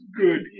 good